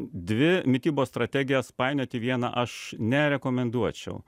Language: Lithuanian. dvi mitybos strategijas painioti vieną aš nerekomenduočiau